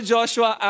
Joshua